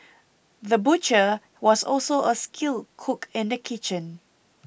the butcher was also a skilled cook in the kitchen